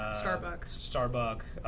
starbuck. starbuck.